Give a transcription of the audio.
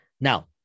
Now